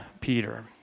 Peter